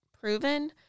proven